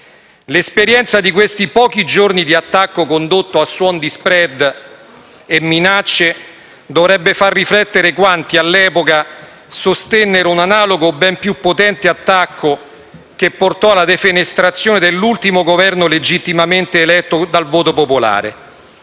L'esperienza di questi pochi giorni di attacco condotto a suon di *spread* e minacce dovrebbe far riflettere quanti all'epoca sostennero un analogo ben più potente attacco, che portò alla defenestrazione dell'ultimo Governo legittimamente eletto dal voto popolare.